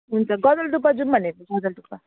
हुन्छ गजलडुबा जाऊँ भनेको हौ गजलडुबा